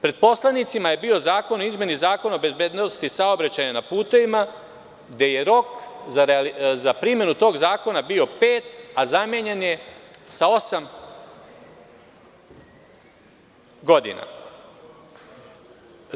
Pred poslanicima je bio Zakon o izmeni Zakona o bezbednosti saobraćaja na putevima, gde je rok za primenu tog zakona bio pet, a zamenjen je sa osam godina.